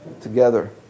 together